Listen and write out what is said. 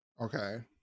Okay